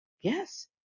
Yes